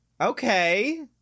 Okay